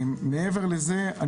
ודיבר על זה ראש האגף.